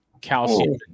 calcium